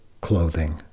clothing